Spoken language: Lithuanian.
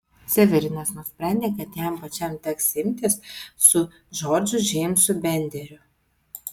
severinas nusprendė kad jam pačiam teks imtis su džordžu džeimsu benderiu